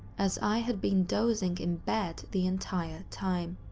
as i had been dozing in bed the entire time.